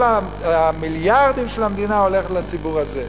כל המיליארדים של המדינה הולכים לציבור הזה.